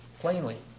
plainly